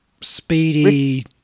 speedy